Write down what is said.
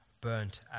burnt